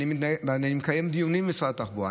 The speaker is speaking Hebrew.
אני מקיים דיונים במשרד התחבורה,